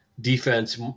defense